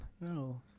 No